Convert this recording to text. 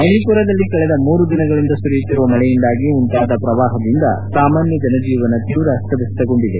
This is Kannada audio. ಮಣಿಪುರದಲ್ಲಿ ಕಳೆದ ಮೂರು ದಿನಗಳಿಂದ ಸುರಿಯುತ್ತಿರುವ ಮಳೆಯಿಂದಾಗಿ ಉಂಟಾದ ಪ್ರವಾಹದಿಂದ ಸಾಮಾನ್ಯ ಜನಜೀವನ ತೀವ್ರ ಅಸ್ತವ್ಯಸ್ತವಾಗಿದೆ